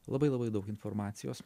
labai labai daug informacijos